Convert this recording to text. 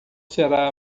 será